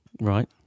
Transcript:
Right